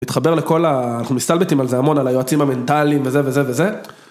מתחבר לכל, אנחנו מסתלבטים על זה המון, על היועצים המנטליים וזה וזה וזה.